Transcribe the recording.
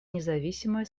независимые